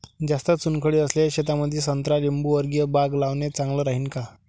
जास्त चुनखडी असलेल्या शेतामंदी संत्रा लिंबूवर्गीय बाग लावणे चांगलं राहिन का?